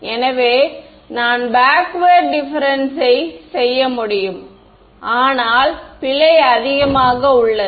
எனவே நான் backward difference சை செய்ய முடியும் ஆனால் பிழை அதிகமாக உள்ளது